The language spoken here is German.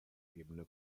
ebene